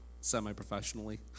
semi-professionally